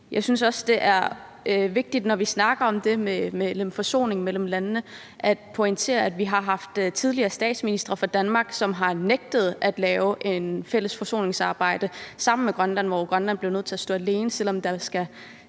Jeg synes også, det er vigtigt, når vi snakker om det med en forsoning mellem landene, at pointere, at vi har haft tidligere statsministre for Danmark, som har nægtet at lave et fælles forsoningsarbejde sammen med Grønland, hvor Grønland blev nødt til at stå alene, selv om der skal